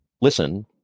Listen